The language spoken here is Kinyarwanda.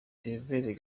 claver